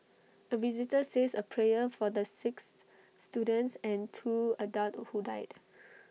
A visitor says A prayer for the six students and two adults who died